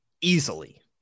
easily